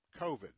COVID